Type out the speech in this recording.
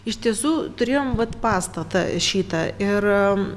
iš tiesų turėjom vat pastatą šitą ir